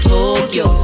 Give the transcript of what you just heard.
Tokyo